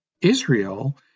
Israel